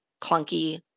clunky